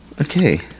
Okay